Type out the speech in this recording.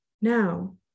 Now